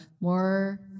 more